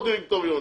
או דירקטוריונים,